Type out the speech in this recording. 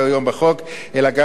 אלא גם בעבירות מינהליות,